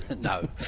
no